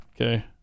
Okay